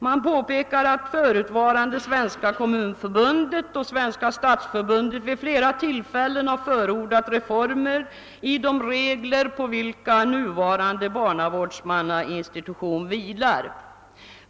Man påpekar att förutvarande Svenska kommunförbundet och Svenska stadsförbundet vid flera tillfällen har förordat reformer i de regler på vilka nuvarande barnavårdsmannainstitution vilar.